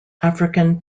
african